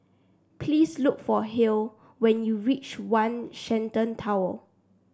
please look for Hale when you reach One Shenton Tower